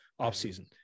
offseason